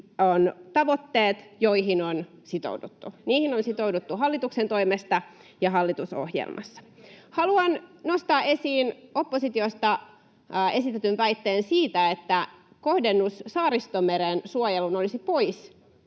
on tavoitteet, joihin on sitouduttu. Niihin on sitouduttu hallituksen toimesta ja hallitusohjelmassa. Haluan nostaa esiin oppositiosta esitetyn väitteen siitä, että kohdennus Saaristomeren suojeluun olisi pois